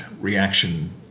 reaction